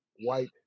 white